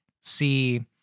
see